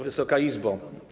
Wysoka Izbo!